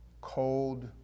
cold